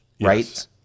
right